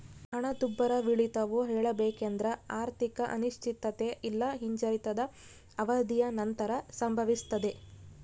ಹಣದುಬ್ಬರವಿಳಿತವು ಹೇಳಬೇಕೆಂದ್ರ ಆರ್ಥಿಕ ಅನಿಶ್ಚಿತತೆ ಇಲ್ಲಾ ಹಿಂಜರಿತದ ಅವಧಿಯ ನಂತರ ಸಂಭವಿಸ್ತದೆ